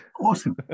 awesome